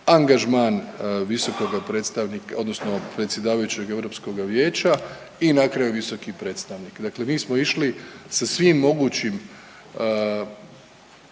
angažman visokoga predstavnika odnosno predsjedavajućeg Europskog vijeća i na kraju visoki predstavnik. Dakle, mi smo išli sa svim mogućim